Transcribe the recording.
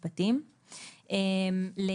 בבקשה.